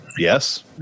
Yes